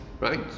right